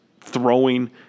throwing